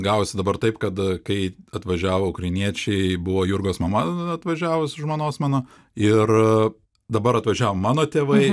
gavosi dabar taip kad kai atvažiavo ukrainiečiai buvo jurgos mama atvažiavus žmonos mano ir dabar atvažiavo mano tėvai